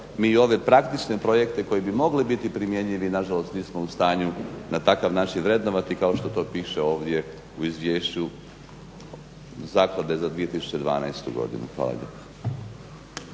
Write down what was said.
mi ove praktične projekte koji bi mogli biti primjenjivi nažalost nismo u stanju na takav način vrednovati kao to što piše ovdje u izvješću zaklade za 2012.godinu. Hvala